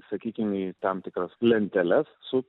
sakykim į tam tikras lenteles su